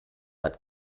hat